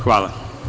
Hvala.